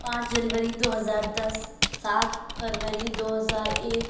پانچ جنوری دو ہزار دس سات فروری دو ہزار ایک